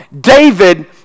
David